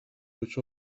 which